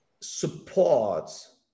supports